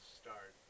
start